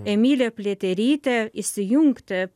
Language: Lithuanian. emiliją pliaterytę įsijungti